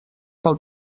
pel